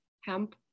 hemp